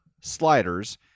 sliders